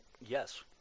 yes